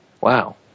Wow